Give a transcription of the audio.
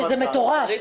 רמת גן,